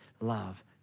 love